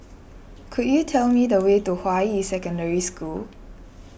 could you tell me the way to Hua Yi Secondary School